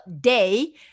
day